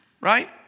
right